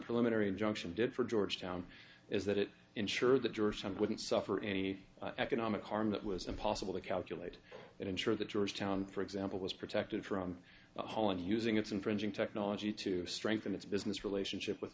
preliminary injunction did for georgetown is that it ensure that your child wouldn't suffer any economic harm that was impossible to calculate and ensure that georgetown for example was protected from holland using its infringing technology to strengthen its business relationship with